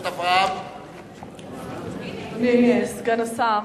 אדוני סגן השר,